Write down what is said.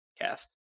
cast